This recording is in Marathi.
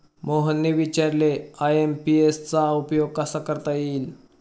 मोहनने विचारले आय.एम.पी.एस चा उपयोग कसा करता येईल?